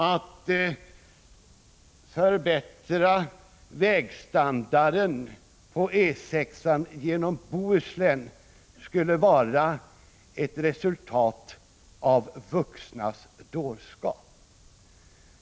Att förbättra vägstandarden på E 6-an genom Bohuslän skulle vara ett resultat av vuxnas dårskap.